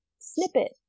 snippet